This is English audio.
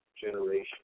generation